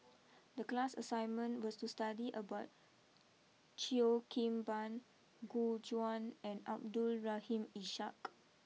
the class assignment was to study about Cheo Kim Ban Gu Juan and Abdul Rahim Ishak